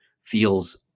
feels